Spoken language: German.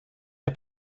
der